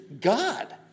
God